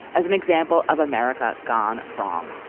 as an example of america gone wrong.